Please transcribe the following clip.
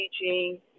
teaching